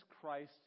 Christ